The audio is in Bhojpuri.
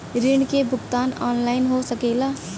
ऋण के भुगतान ऑनलाइन हो सकेला?